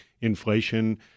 inflation